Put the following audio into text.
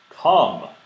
come